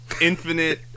infinite